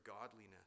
godliness